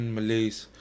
Malays